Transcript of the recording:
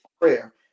Prayer